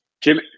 Jim